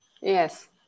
Yes